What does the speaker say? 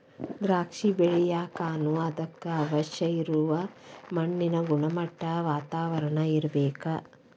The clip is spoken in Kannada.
ದ್ರಾಕ್ಷಿ ಬೆಳಿಯಾಕನು ಅದಕ್ಕ ಅವಶ್ಯ ಇರು ಮಣ್ಣಿನ ಗುಣಮಟ್ಟಾ, ವಾತಾವರಣಾ ಇರ್ಬೇಕ